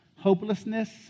Hopelessness